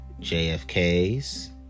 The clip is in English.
JFK's